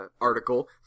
article